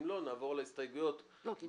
אם לא, נעבור על ההסתייגויות בהמשך.